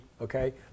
okay